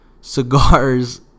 cigars